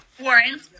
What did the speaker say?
Warren